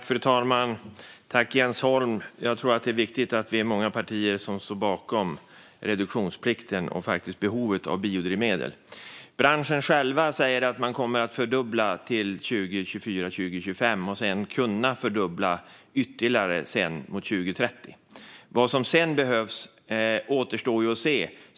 Fru talman! Tack till Jens Holm! Jag tror att det är viktigt att vi är många partier som står bakom reduktionsplikten och behovet av biodrivmedel. Branschen själv säger att man kommer att fördubbla till 2024-2025 och sedan kunna fördubbla ytterligare fram emot 2030. Vad som sedan behövs återstår att se.